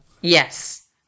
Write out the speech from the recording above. Yes